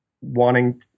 wanting